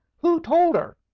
who told her?